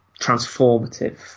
transformative